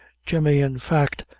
jemmy, in fact,